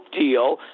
deal